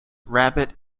rabbit